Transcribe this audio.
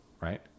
right